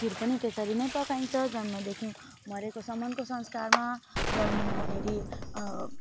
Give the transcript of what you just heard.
खिर पनि त्यसरी नै पकाइन्छ जन्मदेखि मरेकोसम्मको संस्कारमा जन्मिँदाखेरि